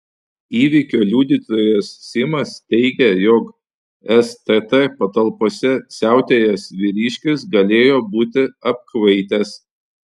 įvykio liudytojas simas teigė jog stt patalpose siautėjęs vyriškis galėjo būti apkvaitęs